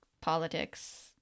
politics